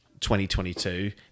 2022